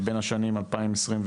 בין השנים 2018-2022,